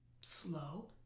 slow